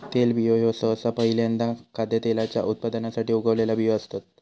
तेलबियो ह्यो सहसा पहील्यांदा खाद्यतेलाच्या उत्पादनासाठी उगवलेला बियो असतत